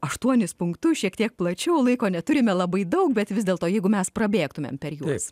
aštuonis punktus šiek tiek plačiau laiko neturime labai daug bet vis dėlto jeigu mes prabėgtumėm per juos